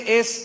es